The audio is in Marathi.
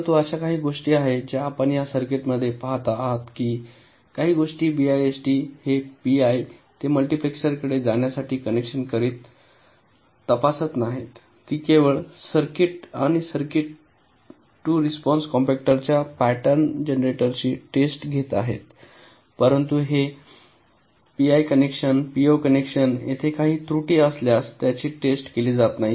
परंतु अशा काही गोष्टी आहेत ज्या आपण या सर्किटमध्ये पाहता आहात की काही गोष्टी बीआयएसटी हे पीआय ते मल्टिप्लेसरकडे जाण्यासारखे कनेक्शन तपासत नाहीत ती केवळ सर्किट आणि सर्किट टू रिस्पॉन्स कॉम्पॅक्टरच्या पॅटर्न जनरेशनची टेस्ट घेत आहे परंतु हे पीआय कनेक्शन पीओ कनेक्शन येथे काही त्रुटी असल्यास याची टेस्ट केली जात नाही